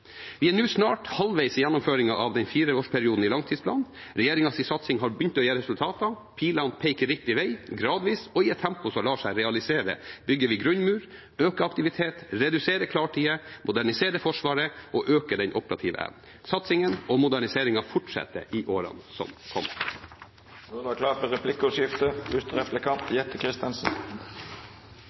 Vi er nå snart halvveis i gjennomføringen av fireårsperioden i langtidsplanen. Regjeringens satsing har begynt å gi resultater, pilene peker riktig vei. Gradvis og i et tempo som lar seg realisere, bygger vi grunnmur, øker aktivitet, reduserer klartider, moderniserer Forsvaret og øker den operative evnen. Satsingen og moderniseringen fortsetter i årene som kommer. Det vert replikkordskifte. Statsråden refererte ofte og mye til langtidsplanen i innlegget sitt, og det er